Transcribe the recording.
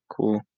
Cool